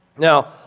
Now